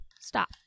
Stop